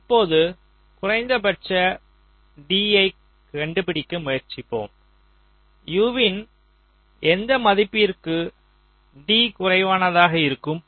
இப்போது குறைந்தபட்ச D யை கண்டுபிடிக்க முயற்சிப்போம் U யின் எந்த மதிப்புக்கு D குறைவானதாக இருக்கும்